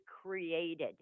created